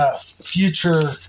future